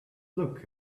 look